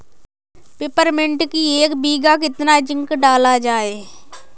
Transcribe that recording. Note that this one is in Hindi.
पिपरमिंट की एक बीघा कितना जिंक डाला जाए?